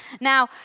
Now